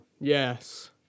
Yes